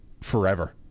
forever